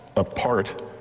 apart